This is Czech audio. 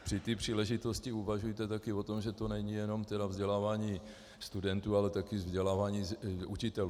Při té příležitosti uvažujte také o tom, že to není jenom vzdělávání studentů, ale také vzdělávání učitelů.